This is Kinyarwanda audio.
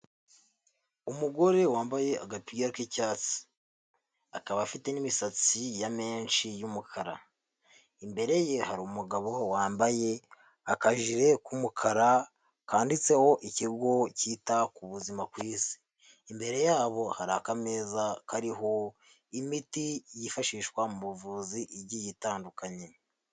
Umugore wambaye agapira k'icyatsi, akaba afite n'imisatsi ya menshi y'umukara, imbere ye hari umugabo wambaye akajire k'umukara kanditseho ikigo cyita ku buzima ku isi, imbere yabo hari akameza kariho imiti yifashishwa mu buvuzi igiye itandukanye.